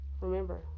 Remember